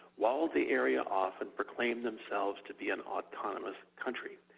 while the area often proclaim themselves to be an autonomous country.